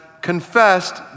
confessed